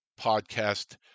podcast